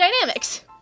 dynamics